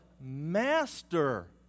master